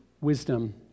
wisdom